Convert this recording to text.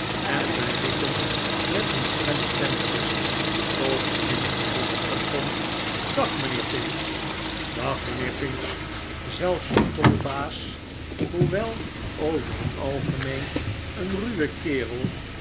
en zij riepen met hun schelle stemmetjes tot innig genoegen van tom dag mijnheer pinch dag mijnheer pinch zelfs de tolbaas hoewel over het algemeen een ruwe kerel